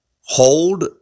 hold